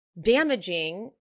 damaging